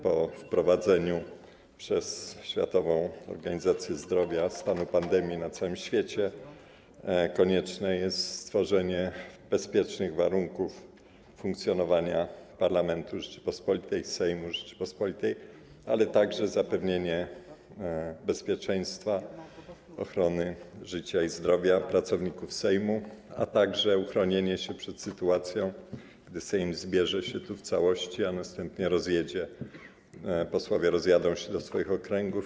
Po wprowadzeniu przez Światową Organizację Zdrowia stanu pandemii na całym świecie konieczne jest stworzenie bezpiecznych warunków funkcjonowania parlamentu Rzeczypospolitej, Sejmu Rzeczypospolitej, ale także zapewnienie bezpieczeństwa, ochrony życia i zdrowia pracowników Sejmu, jak również uchronienie się przed sytuacją, gdy Sejm zbierze się tu w całości, a następnie posłowie rozjadą się do swoich okręgów.